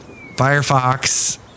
Firefox